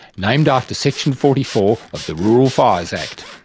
named after section forty four of the rural fires act.